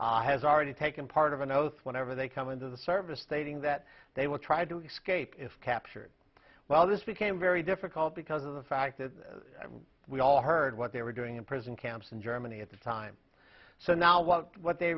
captured has already taken part of an oath whenever they come into the service stating that they would try to escape if captured well this became very difficult because of the fact that we all heard what they were doing in prison camps in germany at the time so now what what they